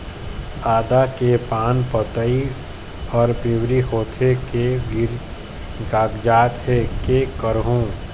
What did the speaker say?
आदा के पान पतई हर पिवरी होथे के गिर कागजात हे, कै करहूं?